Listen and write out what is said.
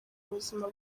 buzima